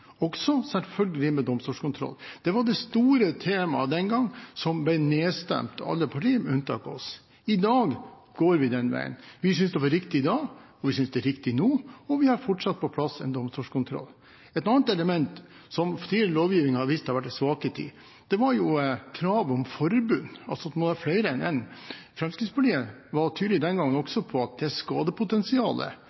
også med domstolskontroll. Det var det store temaet den gang, og det ble nedstemt av alle partier med unntak av oss. I dag går vi den veien. Vi syntes det var riktig da, og vi synes det er riktig nå, og vi har fortsatt på plass en domstolskontroll. Et annet element som tidligere lovgivning har vist at det har vært en svakhet i, er kravet om forbund, altså at man er flere enn én. Fremskrittspartiet var tydelig den gangen